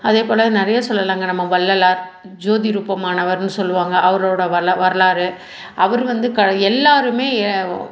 அதேப்போல நிறையா சொல்லலாங்க நம்ம வள்ளலார் ஜோதி நுட்பமானவர்ன்னு சொல்வாங்க அவரோட வரலாறு அவர் வந்து க எல்லாருமே